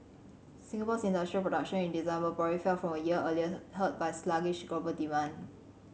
Singapore's industrial production in December probably fell from a year earlier hurt by sluggish global demand